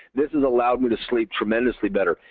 this has allowed me to sleep tremendously better.